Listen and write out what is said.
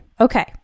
Okay